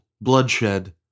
bloodshed